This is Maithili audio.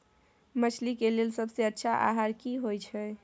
मछली के लेल सबसे अच्छा आहार की होय छै?